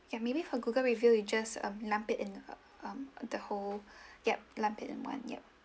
ya maybe for Google review you just um lump it in um the whole yup lump it in one yup